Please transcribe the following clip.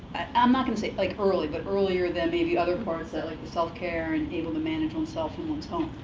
i'm not going to say, like, early, but earlier than maybe other parts, that, like, the self-care and able to manage oneself in one's home.